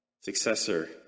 successor